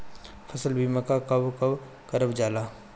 फसल बीमा का कब कब करव जाला?